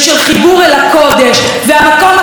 והמקום הקדוש ביותר לעם היהודי,